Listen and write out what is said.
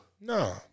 No